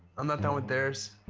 i'm not down with theirs.